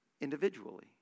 individually